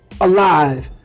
alive